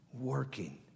working